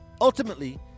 Ultimately